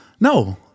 No